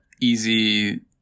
easy